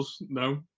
no